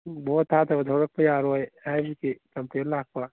vote ꯊꯥꯗꯕ ꯊꯣꯛꯂꯛꯄ ꯌꯥꯔꯣꯏ ꯍꯥꯏꯕꯒꯤ ꯀꯝꯄ꯭ꯂꯦꯟ ꯂꯥꯛꯄ